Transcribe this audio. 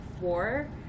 four